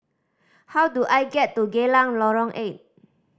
how do I get to Geylang Lorong Eight